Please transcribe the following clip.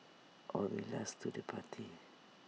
or being last to the party